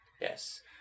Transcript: Yes